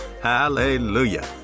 Hallelujah